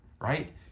right